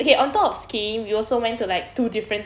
okay on top of skiing we also went to like two different